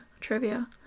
trivia